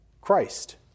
Christ